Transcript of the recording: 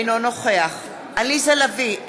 אינו נוכח עליזה לביא,